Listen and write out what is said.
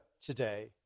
today